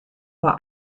war